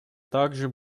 также